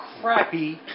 crappy